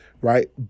right